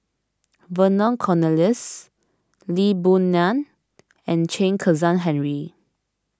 Vernon Cornelius Lee Boon Ngan and Chen Kezhan Henri